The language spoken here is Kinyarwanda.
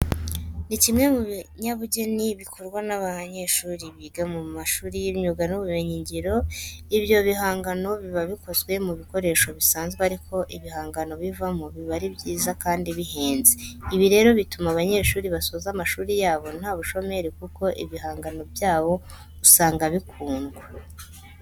Ni kimwe mu binyabugeni bikorwa n'abanyeshuri biga mu mashuri y'imyuga n'ubumenyingiro. Ibyo bihangano biba bikozwe mu bikoresho bisanzwe ariko ibihangano bivamo biba ari byiza kandi bihenze. Ibi rero bituma aba banyeshuri basoza amashuri yabo nta bushomeri kuko ibihangano byabo usanga bikundwa.